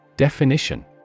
Definition